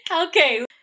Okay